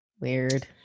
Weird